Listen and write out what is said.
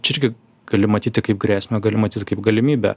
čia irgi gali matyti kaip grėsmę gali matyt kaip galimybę